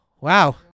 wow